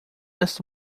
essa